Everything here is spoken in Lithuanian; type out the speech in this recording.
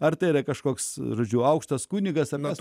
ar tai yra kažkoks rudžiu aukštas kunigas anas